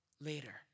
later